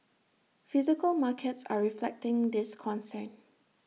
physical markets are reflecting this concern